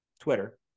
twitter